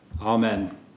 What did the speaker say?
Amen